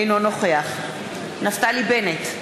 אינו נוכח נפתלי בנט,